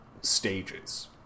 stages